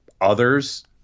others